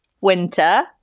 winter